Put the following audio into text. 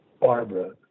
Barbara